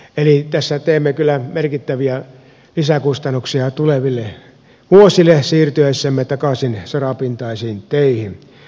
eli tässä teemme kyllä merkittäviä lisäkustannuksia tuleville vuosille siirtyessämme takaisin sorapintaisiin teihin